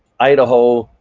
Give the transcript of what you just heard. idaho,